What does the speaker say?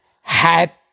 hat